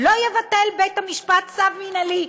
"לא יבטל בית-המשפט צו מינהלי"?